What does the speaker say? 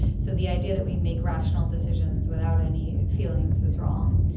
so the idea that we make rational decisions without any feelings is wrong.